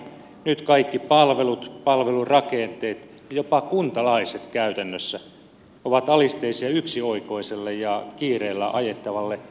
nyt kaikki palvelut palvelurakenteet ja käytännössä jopa kuntalaiset ovat alisteisia yksioikoiselle ja kiireellä ajettavalle suurkuntatavoitteelle